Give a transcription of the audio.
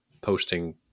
posting